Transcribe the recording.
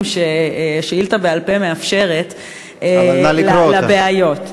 ששאילתה בעל-פה מאפשרת להצגת בעיות.